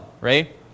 right